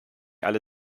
alle